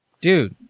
Dude